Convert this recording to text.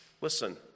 Listen